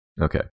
Okay